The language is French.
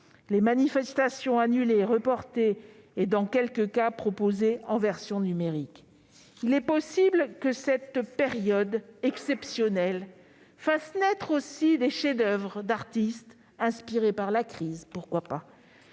Les manifestations ont été annulées, ou reportées, et dans quelques cas proposées en version numérique. Il est possible que cette période exceptionnelle fasse naître aussi des chefs-d'oeuvre d'artistes inspirés par la crise. Toutefois,